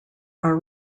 are